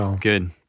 Good